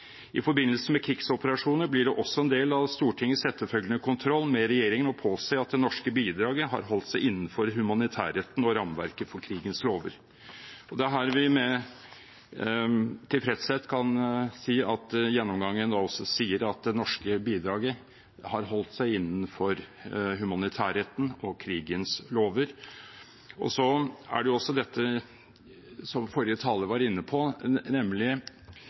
i forbindelse med grunnlovsrevisjonen. I forbindelse med krigsoperasjoner blir det også en del av Stortingets etterfølgende kontroll med regjeringen å påse at det norske bidraget har holdt seg innenfor humanitærretten og rammeverket for krigens lover. Det er her vi med tilfredshet kan si at gjennomgangen også viser at det norske bidraget har holdt seg innenfor humanitærretten og krigens lover. Så til det som også forrige taler var inne på